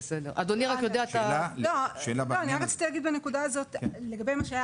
רציתי להגיד בנקודה הזאת לגבי מה שהיה